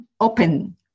open